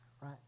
right